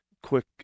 quick